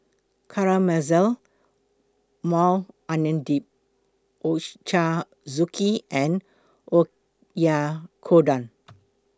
Caramelized Maui Onion Dip Ochazuke and Oyakodon